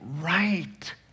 right